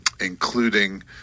including